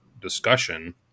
discussion